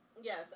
Yes